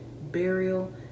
burial